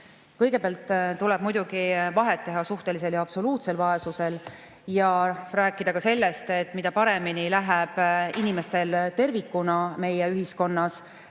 Kõigepealt tuleb muidugi vahet teha suhtelisel ja absoluutsel vaesusel ning rääkida ka sellest, et mida paremini läheb inimestel tervikuna meie ühiskonnas,